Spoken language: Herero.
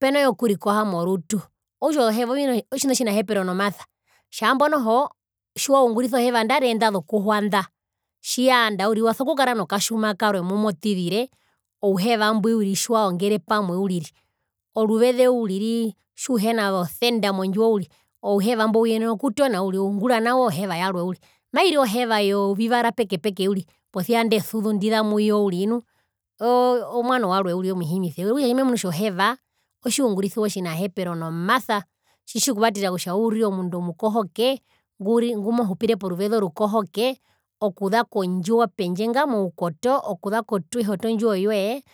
peno yokurihoha morutu okutja ozoheva otjina otjinhepero nomasa tjaambo noho tjiwaungurisa oheva nandarire inda zokuhwa nda uso kukara nokatjuma karwe mumotizire ouheva mbwi tjiwaongere pamwe uriri oruveze uriri tjihena ozo cent mondjiwo ouheva mbo uyenena okutona uriri oungura nawo oheva yarwe uriri mairire oheva yovivara peke peke uriri posia indesuzu ndiza muyo uriri nu omwano warwe omuhimise uriri okutja otjimemunu oheva otjiungrisiwa otjinahepero nomasa tjitji kuvatera kutja urire omundu omukohoke ngumohupire poruze orukohoke ouza kondjiwo pendje nga moukoto okuza kotwiho tondjiwo yoye.